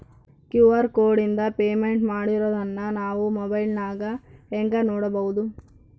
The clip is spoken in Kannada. ಕ್ಯೂ.ಆರ್ ಕೋಡಿಂದ ಪೇಮೆಂಟ್ ಮಾಡಿರೋದನ್ನ ನಾವು ಮೊಬೈಲಿನೊಳಗ ಹೆಂಗ ನೋಡಬಹುದು?